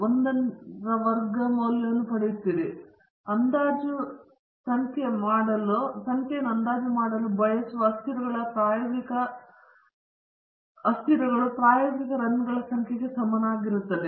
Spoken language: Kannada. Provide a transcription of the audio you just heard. ನೀವು 1 ನೇ ವರ್ಗ ಮೌಲ್ಯವನ್ನು ಪಡೆಯುತ್ತೀರಿ ಸಂಖ್ಯೆ ನೀವು ಅಂದಾಜು ಮಾಡಲು ಬಯಸುವ ಅಸ್ಥಿರಗಳ ಪ್ರಾಯೋಗಿಕ ರನ್ಗಳ ಸಂಖ್ಯೆಗೆ ಸಮನಾಗಿರುತ್ತದೆ ನಂತರ ನೀವು ರೇಖೀಯ ಬೀಜಗಣಿತದ ಸಮಸ್ಯೆಯನ್ನು ಪರಿಹರಿಸುತ್ತೀರಿ ಮತ್ತು ನಿಜವಾದ ಸಂಖ್ಯಾಶಾಸ್ತ್ರೀಯ ಹಿಂಜರಿಕೆಯನ್ನು ವಿಶ್ಲೇಷಿಸುವ ಸಮಸ್ಯೆಯಾಗಿರುವುದಿಲ್ಲ